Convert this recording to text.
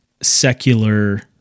secular